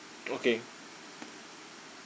okay